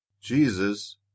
Jesus